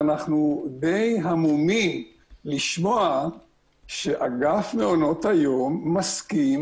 ואנחנו די המומים לשמוע שאגף מעונות היום מסכים